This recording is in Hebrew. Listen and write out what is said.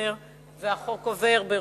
התש"ע 2009,